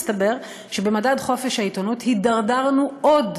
מסתבר שבמדד חופש העיתונות הידרדרנו עוד,